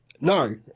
No